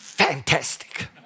Fantastic